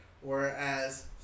whereas